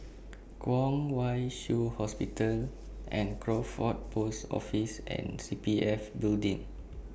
Kwong Wai Shiu Hospital Crawford Post Office and C P F Building